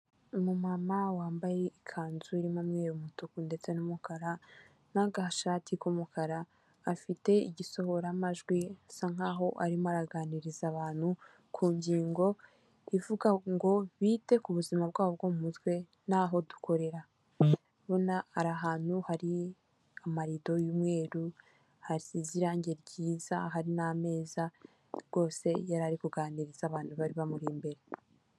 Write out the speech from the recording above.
Umumama wambaye ikanzu irimo umweru umutuku ndetse n'umukara, n'agashati k'umukara, afite igisohoramajwi asa nkaho arimo araganiriza abantu ku ngingo ivuga ngo bite ku buzima bwabo bwo mu mutwe n'aho dukorera, urabona ari hantu hari amarido y'umweru hasize irangi ryiza, hari n'ameza rwose yari ari kuganiriza abantu bari bamuri imbere.